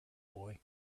boy